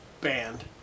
Banned